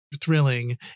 thrilling